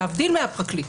להבדיל מהפרקליט,